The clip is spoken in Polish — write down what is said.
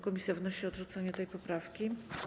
Komisja wnosi o odrzucenie tej poprawki.